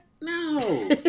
No